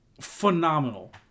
phenomenal